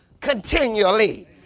continually